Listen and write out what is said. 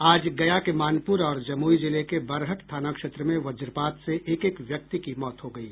आज गया के मानपुर और जमुई जिले के बरहट थाना क्षेत्र में वज्रपात से एक एक व्यक्ति की मौत हो गयी